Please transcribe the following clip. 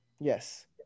Yes